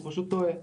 פשוט טועה.